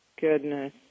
goodness